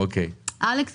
אלכס,